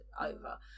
over